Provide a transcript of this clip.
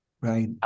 Right